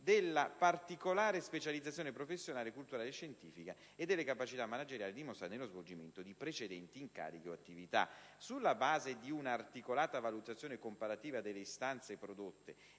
della particolare specializzazione professionale, culturale e scientifica e delle capacità manageriali dimostrate nello svolgimento di precedenti incarichi o attività. Sulla base di una articolata valutazione comparativa delle istanze prodotte